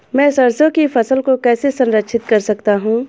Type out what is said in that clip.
मैं सरसों की फसल को कैसे संरक्षित कर सकता हूँ?